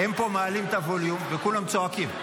הם פה מעלים את הווליום, וכולם צועקים.